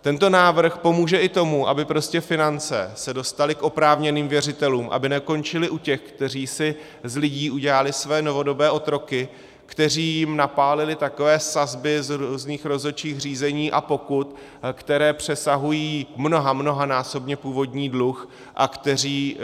Tento návrh pomůže i tomu, aby prostě finance se dostaly k oprávněným věřitelům; aby nekončily u těch, kteří si z lidí udělali své novodobé otroky, kteří jim napálili takové sazby z různých rozhodčích řízení a pokut, které přesahují mnohonásobně původní dluh a kteří